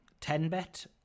Tenbet